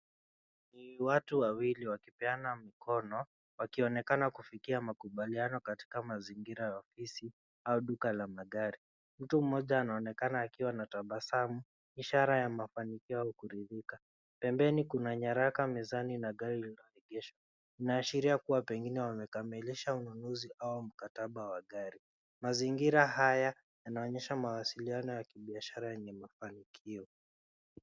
Watu wawili wakipeana mkono, wakionekana kufikia makubaliano katika mazingira ya ofisi, au duka la magari. Mtu mmoja anaonekana akiwa na tabasamu ishara ya mafanikio au kuridhika. Pembeni kuna nyaraka mezani, na gari lililoegeshwa, linaashiria kuwa pengine wamekamilisha ununuzi au mkataba wa gari. Mazingira haya yanaonyesha mawasiliano ya kibishara yenye mafanikio.